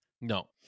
No